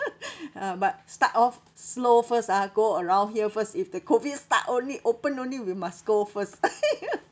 ah but start off slow first ah go around here first if the COVID start only open only we must go first